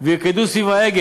וירקדו סביב העגל.